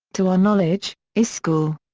to our knowledge, is school.